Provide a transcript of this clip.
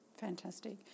Fantastic